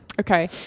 Okay